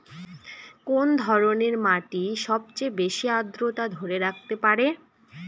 কোন ধরনের মাটি সবচেয়ে বেশি আর্দ্রতা ধরে রাখতে পারে?